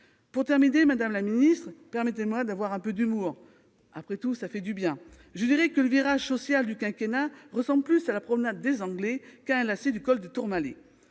Pour conclure, madame la ministre, permettez-moi d'avoir un peu d'humour- cela fait souvent du bien ... Je dirai que le virage social du quinquennat ressemble plus à la promenade des Anglais qu'à un lacet du col du Tourmalet.